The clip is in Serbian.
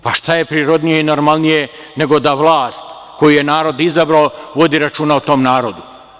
Pa šta je prirodnije i normalnije nego da vlast koju je narod izabrao vodi računa o tom narodu.